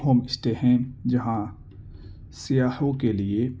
home stay ہیں جہاں سیاحوں کے لیے